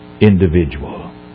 individual